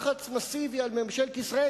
לחץ מסיבי על ממשלת ישראל,